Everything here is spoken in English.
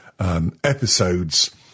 Episodes